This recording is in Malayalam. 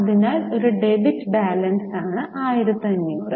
അതിനാൽ ഒരു ഡെബിറ്റ് ബാലൻസ് ആണ് 1500